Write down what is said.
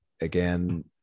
Again